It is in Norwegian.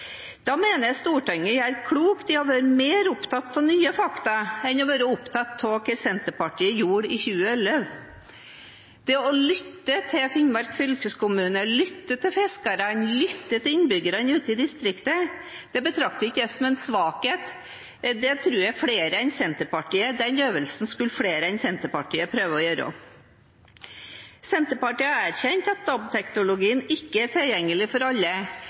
å være mer opptatt av nye fakta enn av hva Senterpartiet gjorde i 2011. Å lytte til Finnmark fylkeskommune, fiskerne og innbyggerne ute i distriktet betrakter ikke jeg som en svakhet. Den øvelsen skulle flere enn Senterpartiet prøve å gjøre. Senterpartiet har erkjent at DAB-teknologien ikke er tilgjengelig for alle,